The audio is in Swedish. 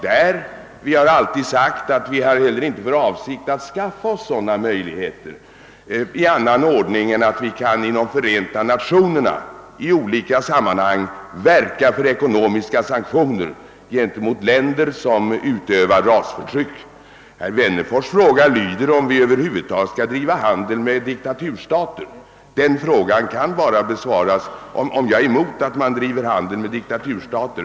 Jag har sagt att vi heller inte har för avsikt att skaffa oss sådana möjligheter i annan ordning än att vi inom Förenta Nationerna i olika samman hang kan verka för ekonomiska sanktioner gentemot vissa länder bl.a. som led i kampen mot rasförtryck. Herr Wennerfors” fråga gäller om vi i Sverige över huvud taget skall driva handel med diktaturstater.